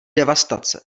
devastace